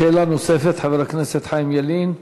שאלה נוספת, חבר הכנסת חיים ילין.